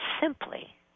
simply